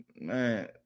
man